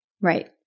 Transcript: Right